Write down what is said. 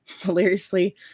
hilariously